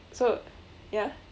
so ya